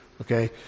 Okay